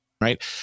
Right